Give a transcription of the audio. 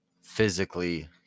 physically